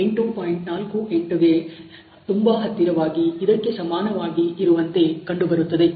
48 ಗೆ ತುಂಬಾ ಹತ್ತಿರವಾಗಿ ಇದಕ್ಕೆ ಸಮಾನವಾಗಿ ಇರುವಂತೆ ಕಂಡುಬರುತ್ತದೆ